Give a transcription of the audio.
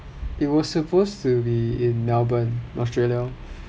it was supposed to be in melbourne australia lor